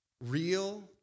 real